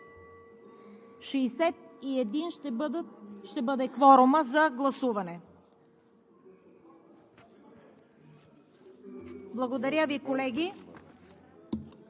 ще бъде кворумът за гласуване. Благодаря Ви, колеги.